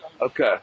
Okay